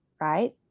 right